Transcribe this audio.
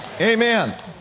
Amen